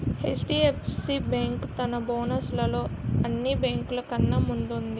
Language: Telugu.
హెచ్.డి.ఎఫ్.సి బేంకు తన బోనస్ లలో అన్ని బేంకులు కన్నా ముందు వుంది